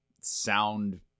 sound